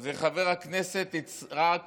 זה חבר הכנסת יצחק קרויזר,